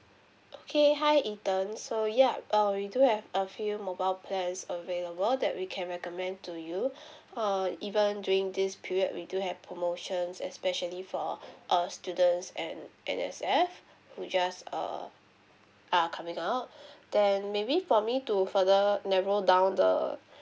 okay hi ethan so yup err we do have a few mobile plans available that we can recommend to you err even during this period we do have promotions especially for uh students and N_S_F which just err are coming out then maybe for me to further narrow down the